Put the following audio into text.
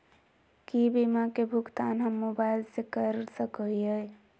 की बीमा के भुगतान हम मोबाइल से कर सको हियै?